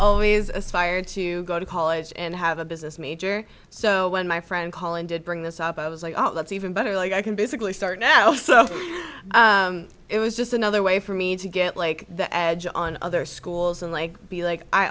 always aspired to go to college and have a business major so when my friend call in did bring this up i was like oh that's even better like i can basically start now so it was just another way for me to get like the edge on other schools and like be like i